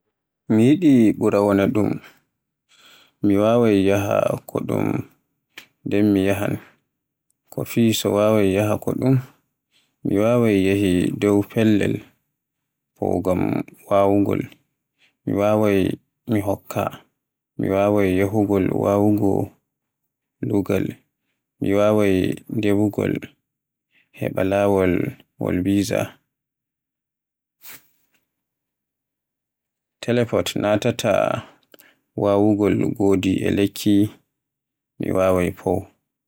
Mi yɗaɗi ɓuri am wonaa ɗum, mi waawi yaha ko ɗum nden mi yahan. Ko fii, so mi waawi yaha ko ɗum, mi waawi yahi dow pellel fow ngam waawugol. Mi waawata hokka, mi waawata yahugol waɗugo luugal, mi waawata ɗaɓugol heɓa laawol walla visa. Teleport naatata waawugol ngoodi e lekki, mi waawi fow!